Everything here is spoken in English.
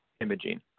imaging